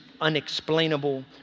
unexplainable